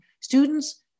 students